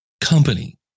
company